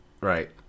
right